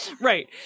right